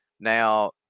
Now